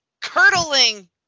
curdling